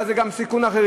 ואז זה גם סיכון אחרים.